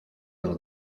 par